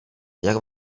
jak